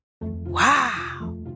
Wow